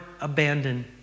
abandoned